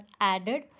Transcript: added